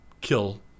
kill